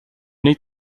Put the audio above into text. need